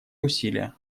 усилия